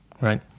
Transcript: right